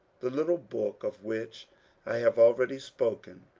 the little book of which i have already spoken,